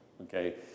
Okay